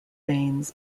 mainz